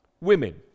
Women